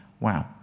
wow